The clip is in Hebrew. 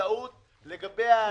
הצעת החוק עברה פה אחד.